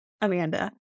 Amanda